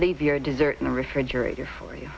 leave your dessert in the refrigerator for you